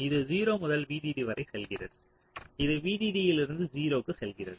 இது 0 முதல் VDD வரை செல்கிறது இது VDD இலிருந்து 0 க்கு செல்கிறது